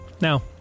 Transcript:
Now